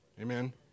Amen